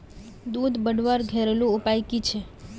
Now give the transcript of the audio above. दूध बढ़वार घरेलू उपाय की छे?